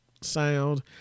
sound